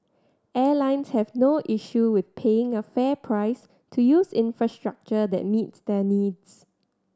airlines have no issue with paying a fair price to use infrastructure that meets their needs